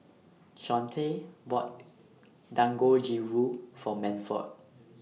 Shawnte bought Dangojiru For Manford